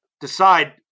decide